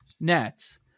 Nets